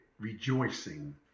rejoicing